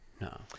no